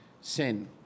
sin